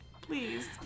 please